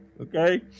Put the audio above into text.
Okay